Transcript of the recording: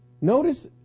Notice